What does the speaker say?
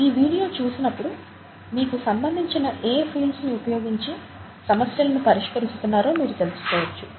ఈ వీడియో చూసినప్పుడు మీకు సంబంధించిన ఏ ఫీల్డ్స్ ని ఉపయోగించి సమస్యలను పరిష్కరిస్తున్నారో మీరు తెలుసుకోవచ్చు